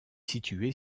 située